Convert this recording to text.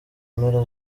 mpera